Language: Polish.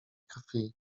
krwi